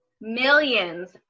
millions